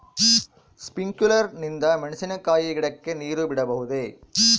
Sprinkler ನಿಂದ ಮೆಣಸಿನಕಾಯಿ ಗಿಡಕ್ಕೆ ನೇರು ಬಿಡಬಹುದೆ?